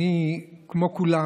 כמו כולם,